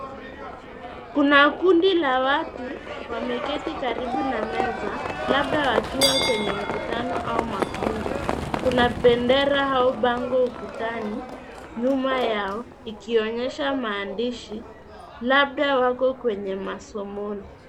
Kuna kundi la watu wameketi karibu na meza labda wakiwa kwenye mkutano au mafunzo. Kuna bendera au bango ukutani nyuma yao ikionyesha maandishi labda wako kwenye masomoni.